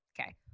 Okay